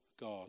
God